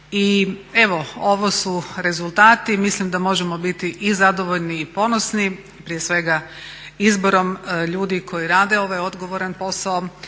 i evo ovo su rezultati. Mislim da možemo biti i zadovoljni i ponosni, prije svega izborom ljudi koji rade ovaj odgovoran posao,